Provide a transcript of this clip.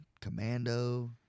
Commando